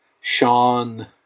Sean